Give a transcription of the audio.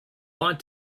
want